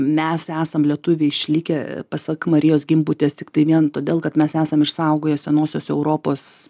mes esam lietuviai išlikę pasak marijos gimbutės tiktai vien todėl kad mes esam išsaugoję senosios europos